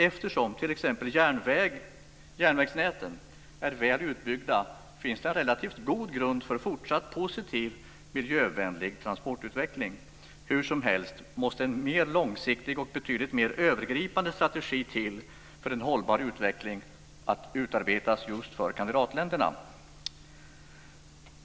Eftersom t.ex. järnvägsnäten är väl utbyggda finns det en relativt god grund för fortsatt positiv, miljövänlig transportutveckling. Hursomhelst måste en mer långsiktig och betydligt mer övergripande strategi till för att utarbeta en hållbar utveckling för just kandidatländerna.